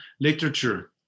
literature